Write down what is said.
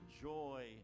joy